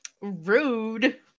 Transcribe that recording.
rude